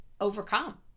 overcome